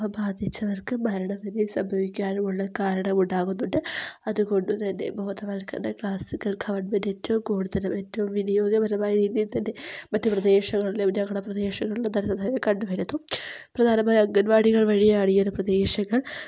അവ ബാധിച്ചവർക്ക് മരണം വരെ സംഭവിക്കാനുമുള്ള കാരണമുണ്ടാകുന്നുണ്ട് അതുകൊണ്ട് തന്നെ ബോധവത്കരണ ക്ലാസ്സുകൾ ഗവൺമെൻ്റ് ഏറ്റവും കൂടുതലും ഏറ്റവും വിനിയോഗപരമായ രീതിയിൽ തന്നെ മറ്റു പ്രദേശങ്ങളിലെ നഗരപ്രദേശങ്ങളിലും ധാരാളമായി കണ്ടു വരുന്നു പ്രധാനമായും അംഗൻവാടികൾ വഴിയാണ് ഇയൊരു പ്രദേശങ്ങൾ